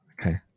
Okay